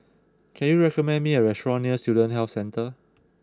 can you recommend me a restaurant near Student Health Centre